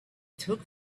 took